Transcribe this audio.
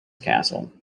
castle